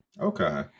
Okay